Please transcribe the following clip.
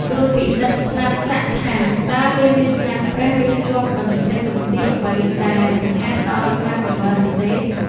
ត្រួតពិនិត្យស្លាបចក្រថាតើវាមានស្នាមប្រេះ ឬជាប់កម្ទេចកម្ទីអ្វីដែលរំខានដល់ការបង្វិលឬទេ?